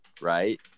right